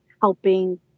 helping